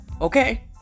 Okay